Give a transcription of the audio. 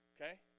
Okay